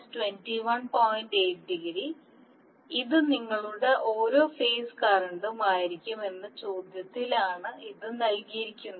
8 ° ഇത് നിങ്ങളുടെ ഓരോ ഫേസ് കറന്റും ആയിരിക്കും എന്ന ചോദ്യത്തിലാണ് ഇത് നൽകിയിരിക്കുന്നത്